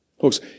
Folks